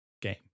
game